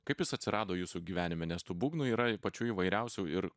kaip jis atsirado jūsų gyvenime nes tų būgnų yra pačių įvairiausių ir